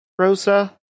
Rosa